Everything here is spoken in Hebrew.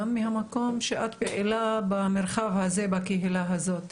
גם מהמקום שאת פעילה במרחב הזה בקהילה הזאת,